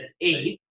eight